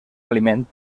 aliment